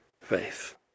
faith